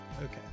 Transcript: Okay